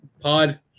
Pod